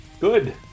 Good